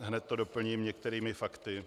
Hned to doplním některými fakty.